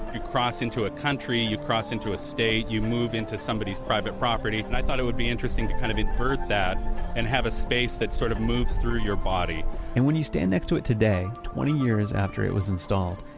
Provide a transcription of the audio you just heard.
cross into a country, you cross into a state, you move into somebody's private property, and i thought it would be interesting to kind of invert that and have a space that sort of moves through your body and when you stand next to it today, twenty years after it was installed,